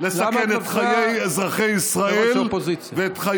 למה את מפריעה לראש האופוזיציה?